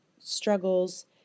struggles